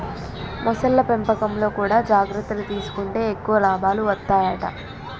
మొసళ్ల పెంపకంలో కూడా జాగ్రత్తలు తీసుకుంటే ఎక్కువ లాభాలు వత్తాయట